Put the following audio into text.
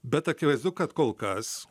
bet akivaizdu kad kol kas